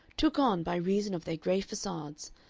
took on, by reason of their gray facades,